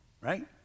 right